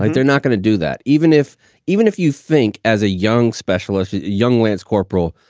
like they're not going to do that. even if even if you think as a young specialist, young lance corporal,